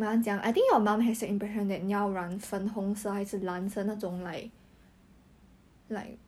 what is that sia